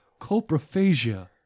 coprophagia